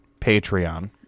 Patreon